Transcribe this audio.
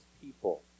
people